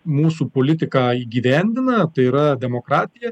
mūsų politiką įgyvendina tai yra demokratija